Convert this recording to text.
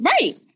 right